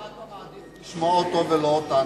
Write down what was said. למה אתה מעדיף לשמוע אותו ולא אותנו?